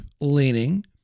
leaning